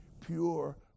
pure